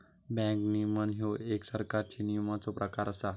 bank नियमन ह्यो एक सरकारी नियमनाचो प्रकार असा